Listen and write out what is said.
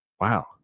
wow